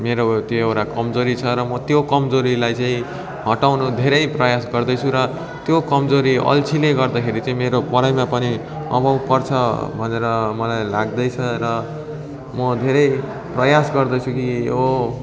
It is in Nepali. मेरो त्यो एउटा कमजोरी छ र म त्यो कमजोरीलाई चाहिँ हटाउन धेरै प्रयास गर्दैछु र त्यो कमजोरी अल्छीले गर्दाखेरि चाहिँ मेरो पढाइमा पनि प्रभाव पर्छ भनेर मलाई लाग्दैछ र म धेरै प्रयास गर्दैछु कि ओ